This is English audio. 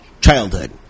childhood